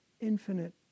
infinite